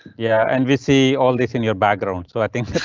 yeah, and we see all this in your background so i think.